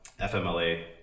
FMLA